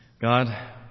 God